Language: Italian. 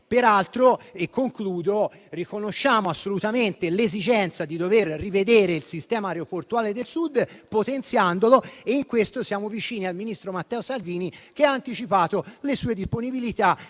peraltro riconosciamo assolutamente l'esigenza di rivedere il sistema aeroportuale del Sud potenziandolo. In questo siamo vicini al ministro Salvini, che ha anticipato la sua disponibilità